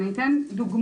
אני אתן דוגמה.